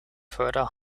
further